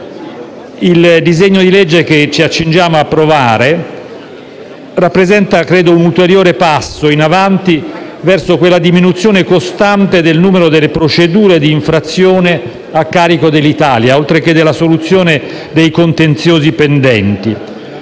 il disegno di legge che ci accingiamo ad approvare credo rappresenti un ulteriore passo in avanti verso la diminuzione costante del numero di procedure di infrazione a carico dell'Italia, oltre che della soluzione dei contenziosi pendenti.